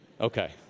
Okay